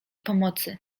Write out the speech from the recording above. pomocy